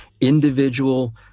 individual